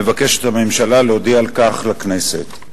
מבקשת הממשלה להודיע על כך לכנסת.